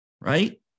right